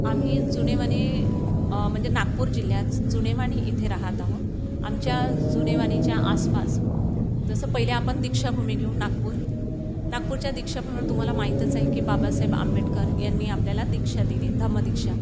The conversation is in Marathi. आम्ही जुनेवणी म्हणजे नागपूर जिल्ह्यात जुनेवणी इथे राहत आहो आमच्या जुनेवणीच्या आसपास जसं पहिले आपण दीक्षाभूमी घेऊ नागपूर नागपूरच्या दीक्षाभूमी तुम्हाला माहीतच आहे की बाबासाहेब आंबेडकर यांनी आपल्याला दीक्षा दिली धम्मदीक्षा